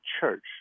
church